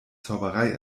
zauberei